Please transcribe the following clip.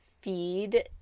feed